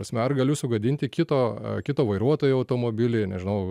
ta sme ar galiu sugadinti kito kito vairuotojo automobilį nežinau